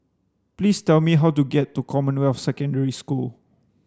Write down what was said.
please tell me how to get to Commonwealth Secondary School